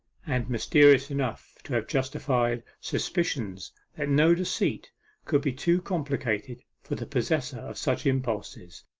and mysterious enough to have justified suspicions that no deceit could be too complicated for the possessor of such impulses,